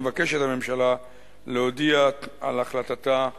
מבקשת הממשלה להודיע על החלטתה לכנסת.